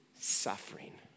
suffering